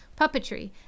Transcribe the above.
puppetry